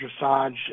Dressage